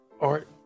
art